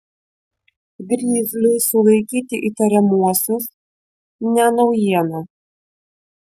grizliui sulaikyti įtariamuosius ne naujiena